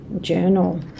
journal